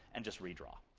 and just re-draw.